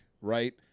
Right